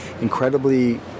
incredibly